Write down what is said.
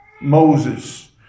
Moses